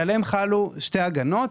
עליהם חלו שתי הגנות.